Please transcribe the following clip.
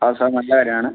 ആ സാർ നല്ലകാര്യം ആണ്